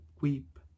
weep